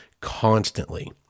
constantly